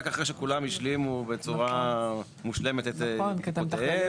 רק אחרי שכולם השלימו בצורה מושלמת את חובותיהם.